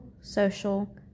social